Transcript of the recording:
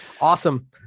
awesome